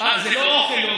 אה, זה לא אוכל.